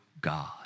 god